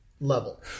level